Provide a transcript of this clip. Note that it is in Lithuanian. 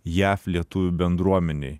jav lietuvių bendruomenėj